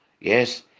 Yes